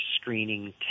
screening